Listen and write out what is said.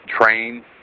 train